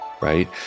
right